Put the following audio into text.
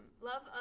love